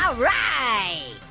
yeah right.